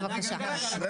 לא